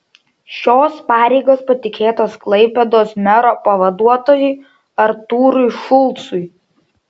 šios pareigos patikėtos klaipėdos mero pavaduotojui artūrui šulcui